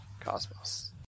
Cosmos